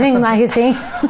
magazine